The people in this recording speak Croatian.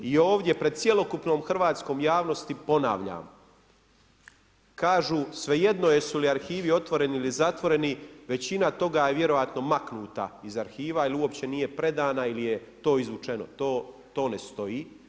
I ovdje pred cjelokupnom Hrvatskom javnosti ponavljam, kažu svejedno jesu li arhivi otvoreni ili zatvoreni, većina toga je vjerojatno maknuta iz arhiva ili uopće nije predana ili je to izvučeno, to ne stoji.